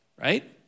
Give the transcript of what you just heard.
Right